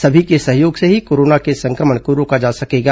सभी के सहयोग से ही कोरोना के संक्रमण को रोका जा सकेगा